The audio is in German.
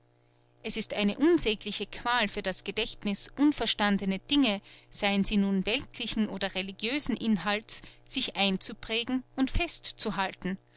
es ist eine unsägliche qual für das gedächtniß unverstandene dinge seien sie nun weltlichen oder religiösen inhalts sich einzuprägen und festzuhalten